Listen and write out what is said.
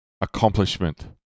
accomplishment